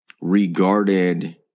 regarded